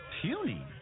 puny